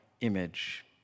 image